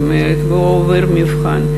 והוא עובר את המבחן.